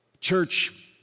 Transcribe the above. Church